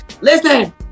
Listen